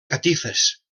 catifes